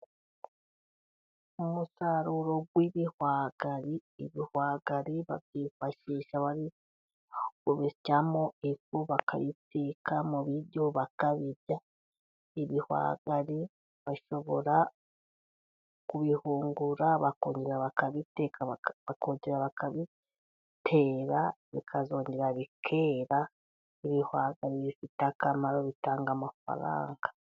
Umusaruro w'ibihwagari. Ibihwagari babyifashisha bari kubisyamo ifu bakabiiteka mu biryo bakabirya. Ibihwagari bashobora kubihungura bakongera bakabitera, bikazongera bikera. Ibihwaga bifite akamaro, bitanga amafaranga.